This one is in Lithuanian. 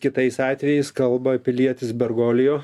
kitais atvejais kalba pilietis bergolijo